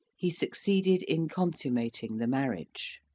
he succeeded in con summating the marriage.